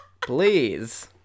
please